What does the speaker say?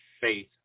faith